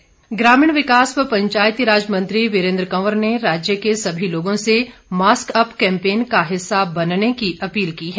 वीरेन्द्र कंवर ग्रामीण विकास व पंचायतीराज मंत्री वीरेन्द्र कंवर ने राज्य के सभी लोगों से मास्क अप कैम्पेन का हिस्सा बनने की अपील की है